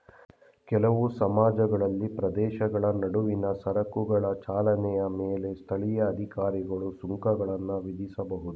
ಕೆಲವು ಸಮಾಜಗಳಲ್ಲಿ ಪ್ರದೇಶಗಳ ನಡುವಿನ ಸರಕುಗಳ ಚಲನೆಯ ಮೇಲೆ ಸ್ಥಳೀಯ ಅಧಿಕಾರಿಗಳು ಸುಂಕಗಳನ್ನ ವಿಧಿಸಬಹುದು